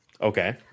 Okay